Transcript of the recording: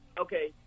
okay